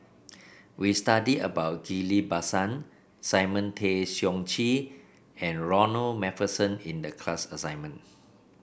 we study about Ghillie Basan Simon Tay Seong Chee and Ronald MacPherson in the class assignment